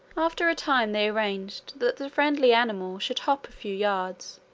after a time they arranged that the friendly animal should hop a few yards,